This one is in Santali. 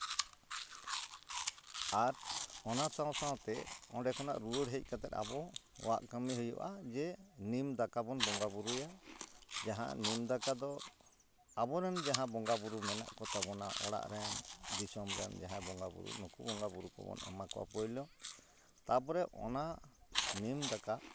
ᱟᱨ ᱚᱱᱟ ᱥᱟᱶ ᱥᱟᱶᱛᱮ ᱚᱸᱰᱮ ᱠᱷᱚᱱᱟᱜ ᱨᱩᱣᱟᱹᱲ ᱦᱮᱡ ᱠᱟᱛᱮ ᱟᱵᱚᱣᱟᱜᱠᱟᱹᱢᱤ ᱦᱩᱭᱩᱜᱼᱟ ᱡᱮ ᱱᱤᱢ ᱫᱟᱠᱟ ᱵᱚᱱ ᱵᱚᱸᱜᱟ ᱵᱳᱨᱳᱭᱟ ᱡᱟᱦᱟᱸ ᱱᱤᱢ ᱫᱟᱠᱟ ᱫᱚ ᱟᱵᱚ ᱨᱮᱱ ᱡᱟᱦᱟᱸ ᱵᱚᱸᱜᱟ ᱵᱳᱨᱳ ᱢᱮᱱᱟᱜ ᱠᱚᱛᱟ ᱵᱚᱱᱟ ᱚᱲᱟᱜ ᱨᱮᱱ ᱫᱤᱥᱚᱢ ᱨᱮᱱ ᱡᱟᱦᱟᱸᱭ ᱵᱚᱸᱜᱟ ᱵᱩᱨᱩ ᱱᱩᱠᱩ ᱵᱚᱸᱜᱟ ᱵᱳᱨᱳ ᱠᱚᱵᱚᱱ ᱮᱢᱟ ᱠᱚᱣᱟ ᱯᱳᱭᱞᱳ ᱛᱟᱯᱚᱨᱮ ᱚᱱᱟ ᱱᱤᱢ ᱫᱟᱠᱟ